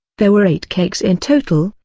there were eight cakes in total,